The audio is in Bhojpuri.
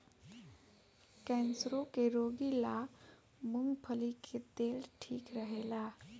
कैंसरो के रोगी ला मूंगफली के तेल ठीक रहेला